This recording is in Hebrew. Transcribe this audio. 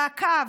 "מעקב,